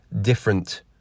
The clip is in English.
different